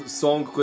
song